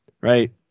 right